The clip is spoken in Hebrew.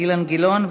אילן גילאון,